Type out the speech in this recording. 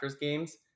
games